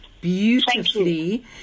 beautifully